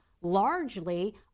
largely